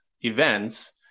events